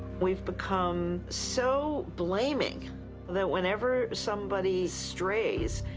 we've become so blaming that whenever somebody strays,